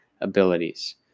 abilities